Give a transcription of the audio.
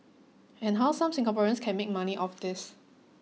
and how some Singaporeans can make money off this